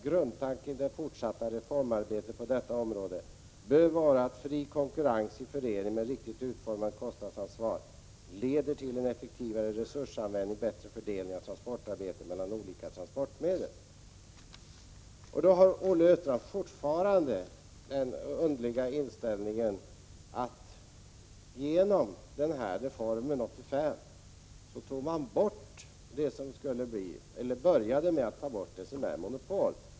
Grundtanken i det fortsatta reformarbetet på detta område bör vara att fri konkurrens i förening med ett riktigt utformat kostnadsansvar leder till en effektivare resursanvändning och en bättre fördelning av transportarbetet mellan olika transportmedel.” Olle Östrand har fortfarande den underliga inställningen att man genom reformen 1985 började att ta bort monopolet.